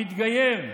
המתגייר,